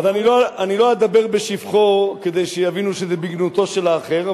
אז אני לא אדבר בשבחו כדי שיבינו שזה בגנותו של האחר.